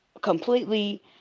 completely